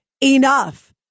enough